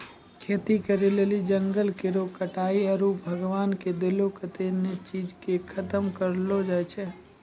खेती करै लेली जंगल केरो कटाय आरू भगवान के देलो कत्तै ने चीज के खतम करलो जाय छै